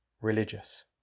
religious